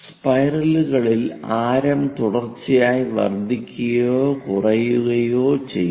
സ്പൈറലുകളിൽ ആരം തുടർച്ചയായി വർദ്ധിക്കുകയോ കുറയുകയോ ചെയ്യുന്നു